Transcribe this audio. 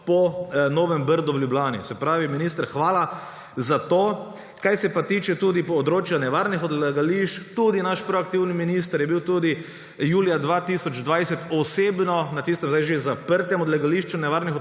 po Novem Brdu v Ljubljani. Se pravi, minister, hvala za to. Kar se pa tiče tudi področja nevarnih odlagališč, naš proaktivni minister je bil tudi julija 2020 osebno na tistem, sedaj že zaprtem odlagališču nevarnih odpadkov